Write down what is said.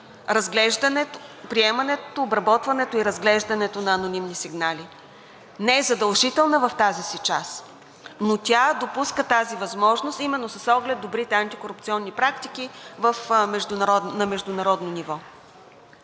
приемането, обработването и разглеждането на анонимни сигнали. Не е задължителна в тази си част, но тя допуска тази възможност именно с оглед добрите антикорупционни практики на международно ниво.